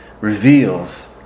reveals